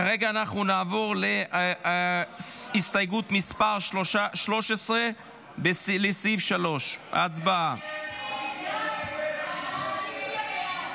כרגע נעבור להסתייגות מס' 13, לסעיף 3. הצבעה.